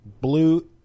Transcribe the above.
blue